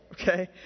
okay